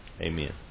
Amen